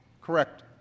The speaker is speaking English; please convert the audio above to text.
correct